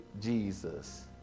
Jesus